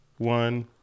one